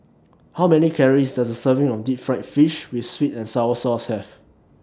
How Many Calories Does A Serving of Deep Fried Fish with Sweet and Sour Sauce Have